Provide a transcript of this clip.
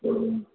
हम्म